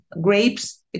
grapes